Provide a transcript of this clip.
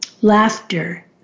laughter